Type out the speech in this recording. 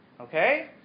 Okay